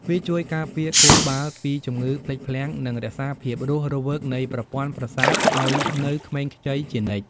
វាជួយការពារខួរក្បាលពីជំងឺភ្លេចភ្លាំង និងរក្សាភាពរស់រវើកនៃប្រព័ន្ធប្រសាទឱ្យនៅក្មេងខ្ចីជានិច្ច។